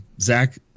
Zach